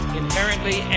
inherently